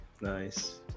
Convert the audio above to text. nice